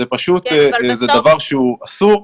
זה דבר שהוא אסור.